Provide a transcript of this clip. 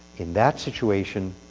in that situation,